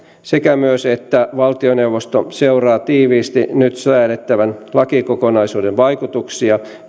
sekä myös että valtioneuvosto seuraa tiiviisti nyt säädettävän lakikokonaisuuden vaikutuksia